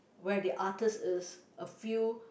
where the artist is a few